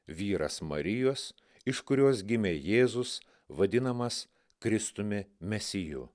vyras marijos iš kurios gimė jėzus vadinamas kristumi mesiju